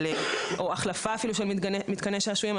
או בהחלפה של מתקני שעשועים,